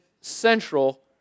central